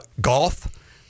Golf